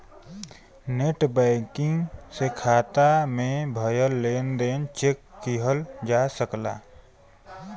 net banking से खाता में भयल लेन देन चेक किहल जा सकला